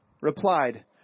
Replied